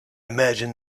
imagine